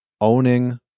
owning